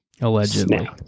Allegedly